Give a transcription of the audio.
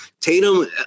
Tatum